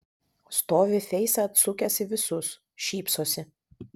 stovi feisą atsukęs į visus šypsosi